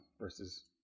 versus